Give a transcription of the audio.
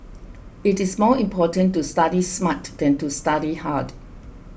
it is more important to study smart than to study hard